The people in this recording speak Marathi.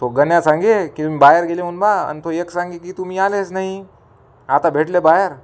तो गण्या सांगे की तुम्ही बाहेर गेले म्हणून ब्वा आणि तो एक सांगे की तुम्ही आलेच नाही आता भेटले बाहेर